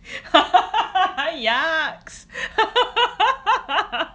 yucks